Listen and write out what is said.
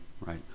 Right